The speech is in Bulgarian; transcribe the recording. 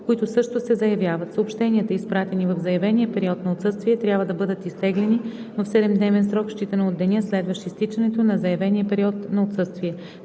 които също се заявяват. Съобщенията, изпратени в заявения период на отсъствие, трябва да бъдат изтеглени в 7-дневен срок, считано от деня, следващ изтичането на заявения период на отсъствие.